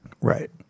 Right